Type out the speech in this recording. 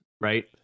right